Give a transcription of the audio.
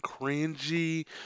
cringy